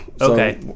Okay